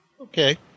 Okay